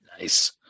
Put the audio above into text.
Nice